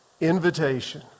invitation